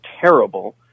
terrible